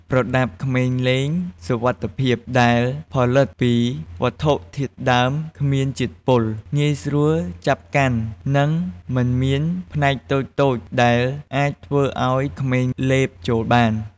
ប្រដាប់ក្មេងលេងសុវត្ថិភាពដែលផលិតពីវត្ថុធាតុដើមគ្មានជាតិពុល ងាយស្រួលចាប់កាន់ និងមិនមានផ្នែកតូចៗដែលអាចធ្វើឲ្យក្មេងលេបចូលបាន។